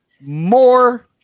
more